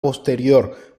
posterior